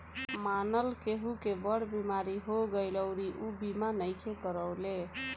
मानल केहु के बड़ बीमारी हो गईल अउरी ऊ बीमा नइखे करवले